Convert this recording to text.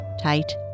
Tight